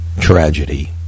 Tragedy